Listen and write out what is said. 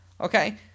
okay